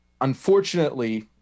unfortunately